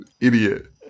Idiot